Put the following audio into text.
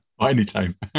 Anytime